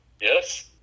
Yes